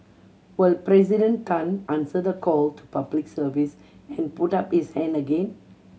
will President Tan answer the call to Public Service and put up his hand again